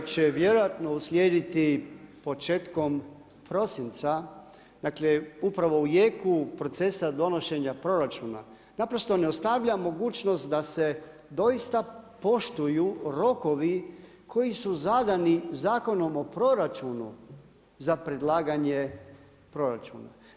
će vjerojatno uslijediti početkom prosinca, dakle, upravo u jeku procesa donošenja proračuna, naprosto ne ostavlja mogućnost, da se dosita poštuju rokovi, koji su zadani Zakonom o proračunu za predlaganje proračuna.